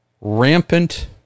rampant